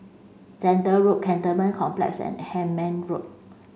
Zehnder Road Cantonment Complex and Hemmant Road